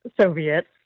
Soviets